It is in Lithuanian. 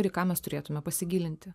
ir į ką mes turėtume pasigilinti